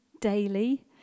daily